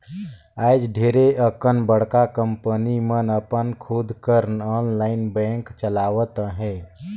आएज ढेरे अकन बड़का कंपनी मन अपन खुद कर आनलाईन बेंक चलावत अहें